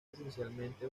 esencialmente